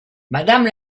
madame